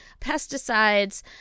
pesticides